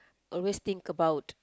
always think about